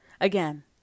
Again